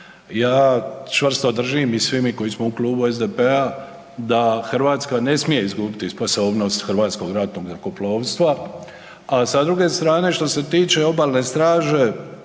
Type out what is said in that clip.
Ja čvrsto držim i svi mi koji smo u Klubu SDP-a da Hrvatska ne smije izgubit sposobnost Hrvatskog ratnog zrakoplovstva, a sa druge strane što se tiče Obalne straže